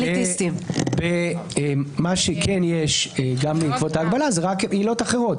מה שיש גם בעקבות ההגבלה זה רק עילות אחרות,